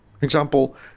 Example